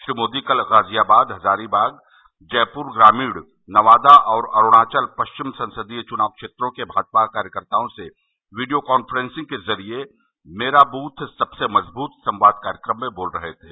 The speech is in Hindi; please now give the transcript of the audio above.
श्री मोदी कल गाज़ियाबाद हजारीबाग जयप्र ग्रामीण नवादा और अरूणाचल पश्चिम संसदीय चुनाव क्षेत्रों के भाजपा कार्यकर्ताओं से वीडियो कांफ्रेंसिंग के ज़रिए मेरा दूथ सबसे मज़बूत संवाद कार्यक्रम में बोल रहे थे